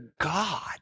God